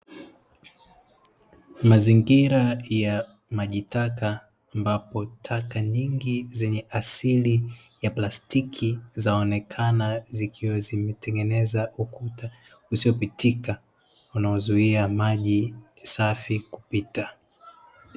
Mazingira ya maji taka ambapo taka nyingi zenye asili ya plastiki, zinaonekana zikiwa zimeatengeneza ukuta usiopitika unaozuia maji safi kupita